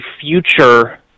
future